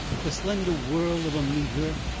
the slender whirl of meteor,